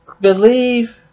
Believe